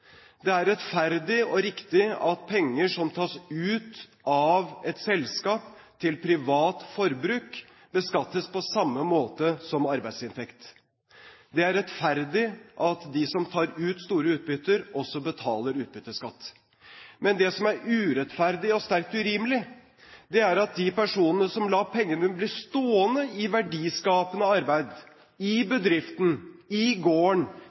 og riktig at penger som tas ut av et selskap til privat forbruk, beskattes på samme måte som arbeidsinntekt. Det er rettferdig at de som tar ut store utbytter, også betaler utbytteskatt. Det som er urettferdig og sterkt urimelig, er at de personene som lar pengene bli stående i verdiskapende arbeid, i bedriften, i gården,